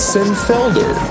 Senfelder